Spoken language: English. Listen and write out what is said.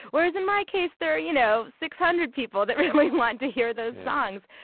whereas in my case, there are you know six hundred people that really want to hear those songs.